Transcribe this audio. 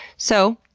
so,